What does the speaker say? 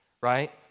Right